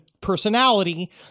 personality